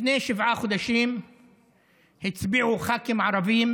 לפני שבעה חודשים הצביעו ח"כים ערבים